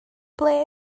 ble